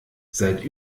seit